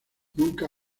nunca